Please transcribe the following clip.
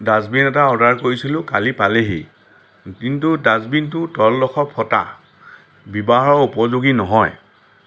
dustbin এটা order কৰিছিলোঁ কালি পালেহি কিন্তু ডাষ্টবিনটো তলডোখৰ ফটা ব্যৱহাৰৰ উপযোগী নহয়